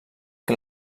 que